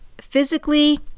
physically